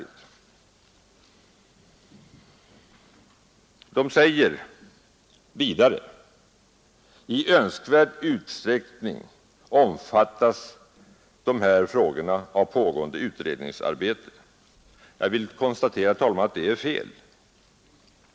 Utskottsmajoriteten säger vidare: ”I önskvärd utsträckning omfattas de också av pågående utredningsarbete.” Jag vill konstatera, herr talman, att detta är fel.